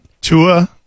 Tua